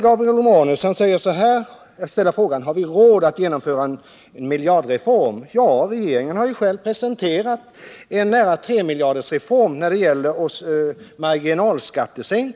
Gabriel Romanus ställer frågan: Har vi råd att genomföra en miljardreform? Ja. Regeringen har ju själv presenterat en reform som kostar nära 3 miljarder för att sänka marginalskatten.